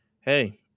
hey –